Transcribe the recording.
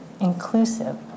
inclusive